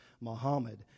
Muhammad